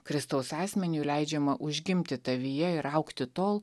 kristaus asmeniui leidžiama užgimti tavyje ir augti tol